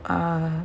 um